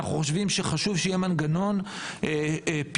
אנחנו חושבים שחשוב שיהיה מנגנון פיקוח